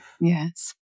Yes